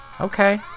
Okay